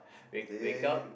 wake wake up